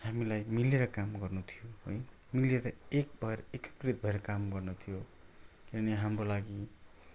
हामीलाई मिलेर काम गर्नु थियो है मिलेर एक भएर एकीकृत भएर काम गर्नु थियो किनभने हाम्रो लागि